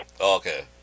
Okay